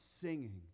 singing